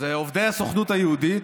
אלה עובדי הסוכנות היהודית,